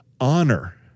Honor